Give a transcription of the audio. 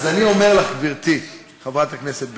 אז אני אומר לך, גברתי חברת הכנסת ברקו,